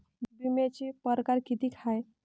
बिम्याचे परकार कितीक हाय?